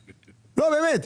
לא, באמת.